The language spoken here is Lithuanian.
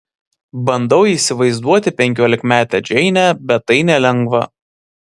bandau įsivaizduoti penkiolikmetę džeinę bet tai nelengva